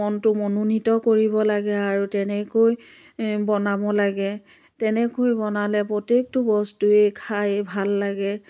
মনটো মনোনীত কৰিব লাগে আৰু তেনেকৈ বনাব লাগে তেনেকৈ বনালে প্ৰত্যেকটো বস্তুৱে খাই ভাল লাগে